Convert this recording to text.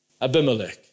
Abimelech